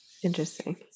Interesting